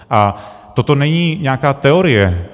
A toto není nějaká teorie.